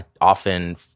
often